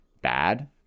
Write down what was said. bad